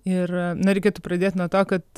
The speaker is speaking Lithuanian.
ir na reikėtų pradėt nuo to kad